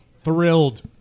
thrilled